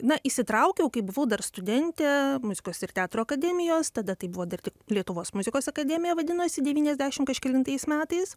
na įsitraukiau kai buvau dar studentė muzikos ir teatro akademijos tada tai buvo dar tik lietuvos muzikos akademija vadinosi devyniasdešim kažkelintais metais